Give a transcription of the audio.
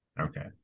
okay